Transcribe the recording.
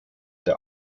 der